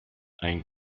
ein